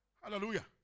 Hallelujah